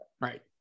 right